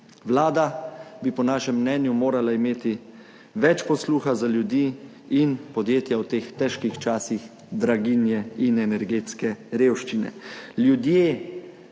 Vlada bi po našem mnenju morala imeti več posluha za ljudi in podjetja, v teh težkih časih draginje in energetske revščine.